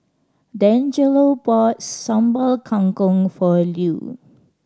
Dangelo bought Sambal Kangkong for Lew